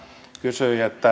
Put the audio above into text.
kysyi